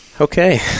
Okay